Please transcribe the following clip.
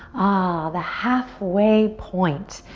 ah, the halfway point.